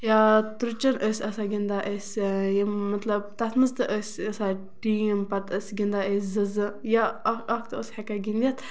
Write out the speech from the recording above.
یا ترُچٮ۪ن ٲسۍ آسان گِندان أسۍ مطلب یِم تَتھ منٛز تہِ ٲسۍ آسان ٹیٖم پَتہٕ ٲسۍ گِندان أسۍ زٕ زٕ یا اکھ اکھ تہِ اوس ہٮ۪کان گِندِتھ